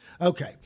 Okay